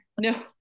no